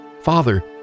Father